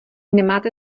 nemáte